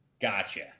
gotcha